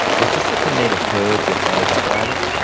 does the sector need a purge of those operators?